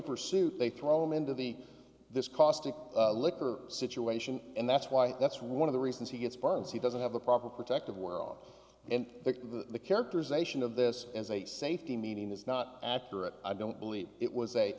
paper suit they throw him into the this caustic liquor situation and that's why that's one of the reasons he gets burns he doesn't have a proper protective world and the characterization of this as a safety meeting is not accurate i don't believe it was a